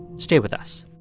stay with us